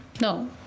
No